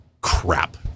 crap